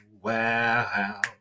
Wow